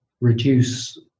reduce